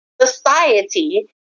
society